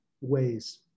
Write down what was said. ways